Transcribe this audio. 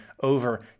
over